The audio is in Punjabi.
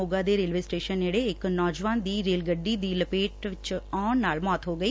ਸੋਗਾ ਦੇ ਰੇਲਵੇ ਸਟੇਸ਼ਨ ਨੇੜੇ ਇੱਕ ਨੌਜਵਾਨ ਦੀ ਰੇਲ ਗੱਡੀ ਦੀ ਲਪੇਟ ਵਿਚ ਆਉਣ ਨਾਲ ਮੌਤ ਹੋ ਗਈ